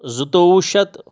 زٕتووُہ شَتھ